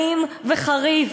אלים וחריף.